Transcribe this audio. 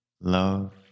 love